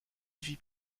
vie